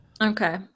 Okay